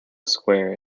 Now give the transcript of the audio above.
square